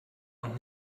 noch